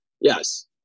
Yes